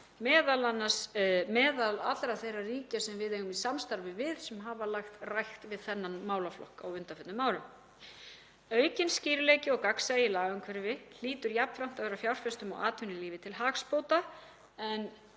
meðal allra þeirra ríkja sem við eigum í samstarfi við sem hafa lagt rækt við þennan málaflokk á undanförnum árum. Aukinn skýrleiki og gagnsæi í lagaumhverfi hlýtur jafnframt að vera fjárfestum og atvinnulífinu til hagsbóta en